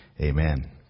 Amen